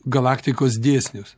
galaktikos dėsnius